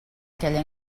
aquella